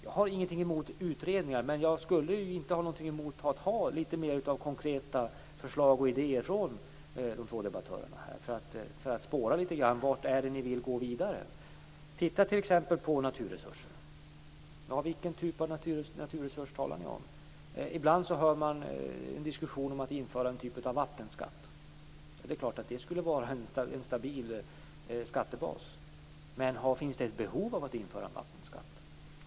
Jag har ingenting emot utredningar, men jag skulle heller inte ha någonting emot att få litet mer av konkreta förslag och idéer från de här två debattörerna för att spåra litet grand vart ni vill gå vidare. Naturresurserna är ett exempel. Vilken typ av naturresurs talar ni om? Ibland hör man en diskussion om att införa någon typ av vattenskatt. Det är klart att det skulle vara en stabil skattebas. Men finns det ett behov av att införa vattenskatt?